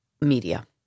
media